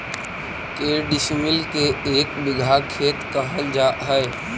के डिसमिल के एक बिघा खेत कहल जा है?